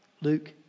Luke